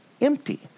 empty